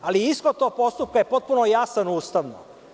Ali, ishod tog postupka je potpuno jasan ustavno.